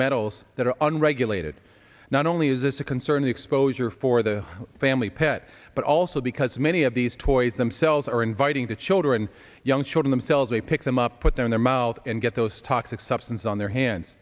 metals that are unregulated not only is this a concern exposure for the family pet but also because many of these toys themselves are inviting the children young short of themselves they pick them up put them in their mouth and get those toxic substance on their hands